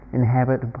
inhabit